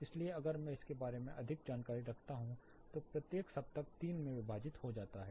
इसलिए अगर मैं इसके बारे में अधिक जानकारी रखता हूं तो प्रत्येक सप्तक तीन में विभाजित हो जाता है